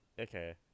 Okay